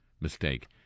mistake